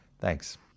Thanks